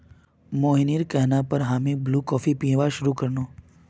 मोहिनीर कहना पर हामी ब्रू कॉफी पीबार शुरू कर नु